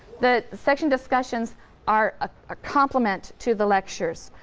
the section discussions are ah a complement to the lectures.